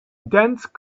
dense